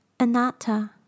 anatta